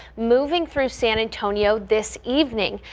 moving through san antonio this evening.